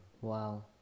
Wow